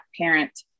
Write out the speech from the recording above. parent